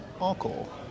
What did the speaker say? uncle